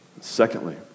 Secondly